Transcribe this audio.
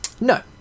no